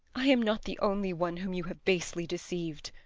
i am not the only one whom you have basely deceived.